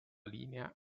linea